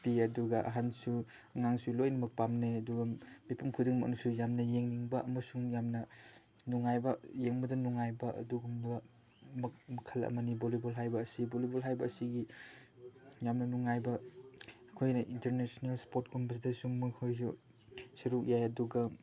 ꯄꯤ ꯑꯗꯨꯒ ꯑꯍꯟꯁꯨ ꯑꯉꯥꯡꯁꯨ ꯂꯣꯏꯅꯃꯛ ꯄꯥꯝꯅꯩ ꯑꯗꯨꯒ ꯃꯤꯄꯨꯝ ꯈꯨꯗꯤꯡꯃꯛꯅꯁꯨ ꯌꯥꯝꯅ ꯌꯦꯡꯅꯤꯡꯕ ꯑꯃꯁꯨꯡ ꯌꯥꯝꯅ ꯅꯨꯡꯉꯥꯏꯕ ꯌꯦꯡꯕꯗ ꯅꯨꯡꯉꯥꯏꯕ ꯑꯗꯨꯒꯨꯝꯕ ꯃꯈꯜ ꯑꯃꯅꯤ ꯚꯣꯂꯤꯕꯣꯜ ꯍꯥꯏꯕ ꯑꯁꯤ ꯚꯣꯂꯤꯕꯣꯜ ꯍꯥꯏꯕ ꯑꯁꯤꯒꯤ ꯌꯥꯝꯅ ꯅꯨꯡꯉꯥꯏꯕ ꯑꯩꯈꯣꯏꯅ ꯏꯟꯇꯔꯅꯦꯁꯅꯦꯜ ꯏꯁꯄꯣꯔꯠꯀꯨꯝꯕꯗꯁꯨ ꯃꯈꯣꯏꯁꯨ ꯁꯔꯨꯛ ꯌꯥꯏ ꯑꯗꯨꯒ